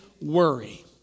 worry